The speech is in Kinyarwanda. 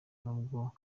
n’ubwo